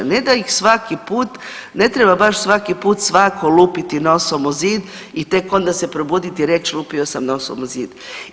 Ne da ih svaki put, ne treba baš svaki put svako lupiti nosom o zid i tek onda se probuditi i reći lupio sam nosom o zid.